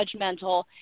judgmental